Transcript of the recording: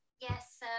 Yes